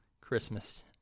Christmas